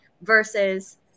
versus